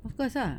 of course ah